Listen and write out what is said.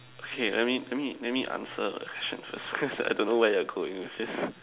okay let me let me answer the question first because I don't know where you're going with this